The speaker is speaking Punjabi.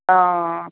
ਤਾਂ